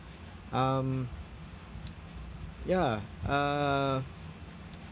um ya uh